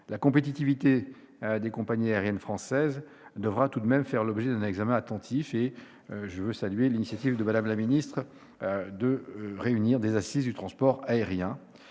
la compétitivité des compagnies aériennes françaises devra faire l'objet d'un examen attentif. Je salue, à cet égard, l'initiative de Mme la ministre de réunir des assises du transport aérien